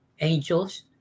angels